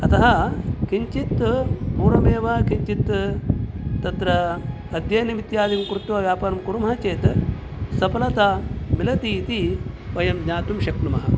अतः किञ्चित् पूर्वमेव किञ्चित् तत्र अद्ययनम् इत्यादिकं कृत्वा व्यापारं कुर्मः चेत् सफलता मिलति इति वयं ज्ञातुं शक्नुमः